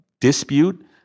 dispute